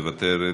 מוותרת,